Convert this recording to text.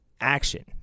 action